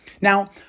Now